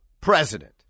president